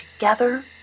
together